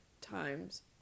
times